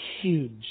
huge